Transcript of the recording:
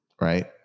Right